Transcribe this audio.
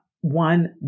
one